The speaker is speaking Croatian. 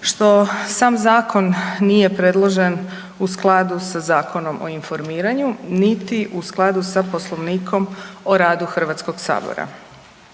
što sam zakon nije predložen u skladu sa Zakonom o informiranju, niti u skladu sa Poslovnikom o radu HS. Što se